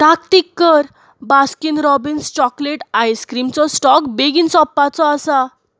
ताकतीक कर Baskin Robbins chocolate ice cream चो स्टॉक बेगीन सोंपपाचो आसा